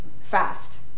fast